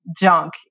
junk